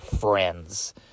friends